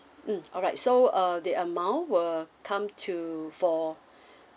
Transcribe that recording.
mm alright so uh the amount will come to for